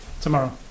tomorrow